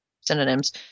synonyms